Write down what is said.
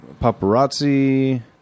paparazzi